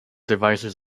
devices